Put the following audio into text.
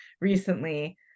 recently